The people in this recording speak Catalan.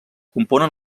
componen